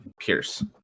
pierce